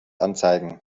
anzeigen